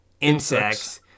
Insects